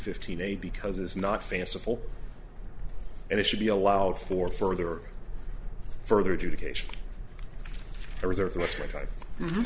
fifteen a because it's not fanciful and it should be allowed for further further education